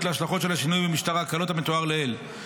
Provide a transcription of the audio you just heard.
להשלכות של השינוי במשטר ההקלות המתואר לעיל.